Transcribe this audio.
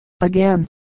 Again